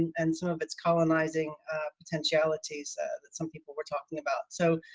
and some of its colonizing potentialities that some people were talking about. so,